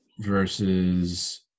versus